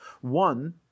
One